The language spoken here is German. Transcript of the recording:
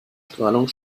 strahlung